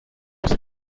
was